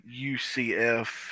UCF